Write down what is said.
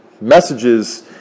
messages